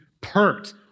perked